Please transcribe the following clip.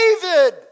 David